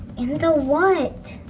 in the what?